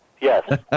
Yes